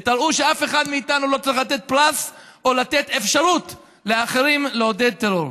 ותראו שאף אחד מאיתנו לא צריך לתת פרס או לתת אפשרות לאחרים לעודד טרור.